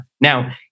Now